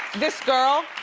this girl,